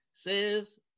says